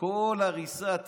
כל הריסה.